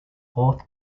fourth